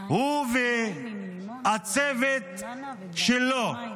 הוא והצוות שלו,